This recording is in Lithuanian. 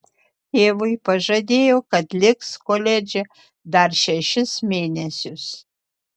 tėvui pažadėjo kad liks koledže dar šešis mėnesius